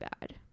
bad